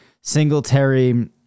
Singletary